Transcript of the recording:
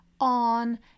on